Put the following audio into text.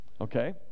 Okay